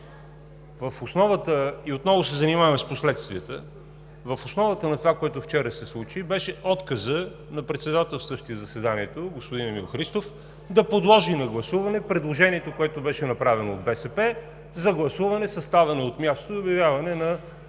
В основата на това, което вчера се случи, беше отказът на председателстващия заседанието – господин Емил Христов, да подложи на гласуване предложението, което беше направено от БСП, за гласуване със ставане от място и обявяване на